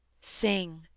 Sing